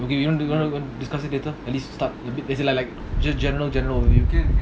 okay even you want to discuss it later at least start a bit as in like like just general general only